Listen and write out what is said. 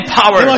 power